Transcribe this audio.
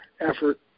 effort